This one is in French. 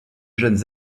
jeunes